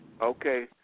Okay